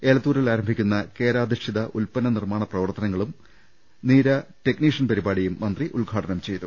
എലത്തൂരിൽ ആരംഭിക്കുന്ന കേരാധിഷ്ഠിത ഉത്പന്ന നിർമ്മാണ പ്രവർത്തനങ്ങളും നീര ടെക്നീഷ്യൻ പരിപാ ടിയും മന്ത്രി ഉദ്ഘാടനം ചെയ്തു